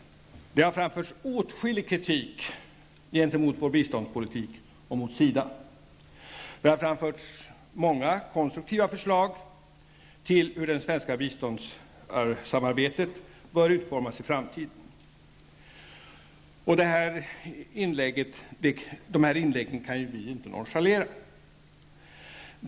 Det har framförts åtskillig kritik gentemot vår biståndspolitik och mot SIDA, och det har framförts många konstruktiva förslag till hur det svenska biståndssamarbetet bör utformas i framtiden. De här inläggen kan vi inte nonchalera.